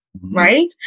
Right